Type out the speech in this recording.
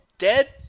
Dead